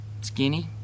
skinny